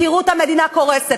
תראו את המדינה קורסת.